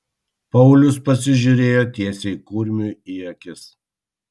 paulius pasižiūrėjo tiesiai kurmiui į akis